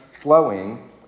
flowing